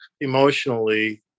emotionally